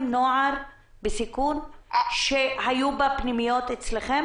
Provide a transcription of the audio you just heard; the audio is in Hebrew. בני נוער בסיכון שהיו בפנימיות אצלכם